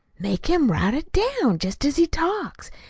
make him write it down, jest as he talks.